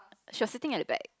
she was sitting at the back